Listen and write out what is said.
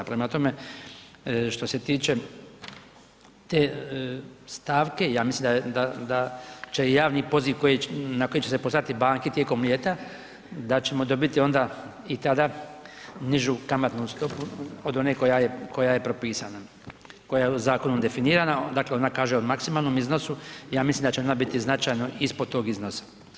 Prema tome, što se tiče te stavke, ja mislim da će javni poziv na koji će se poslati banki tijekom ljetom ljeta, da ćemo dobiti onda i tada nižu kamatnu stopu od one koja je propisana, koja je zakonom definirana, dakle onda kaže u maksimalnom iznosu, ja mislim da će ona biti značajno ispod tog iznosa.